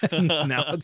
Now